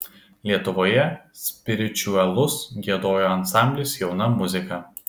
lietuvoje spiričiuelus giedojo ansamblis jauna muzika